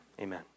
amen